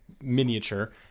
miniature